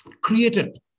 created